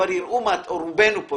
או רובנו פה,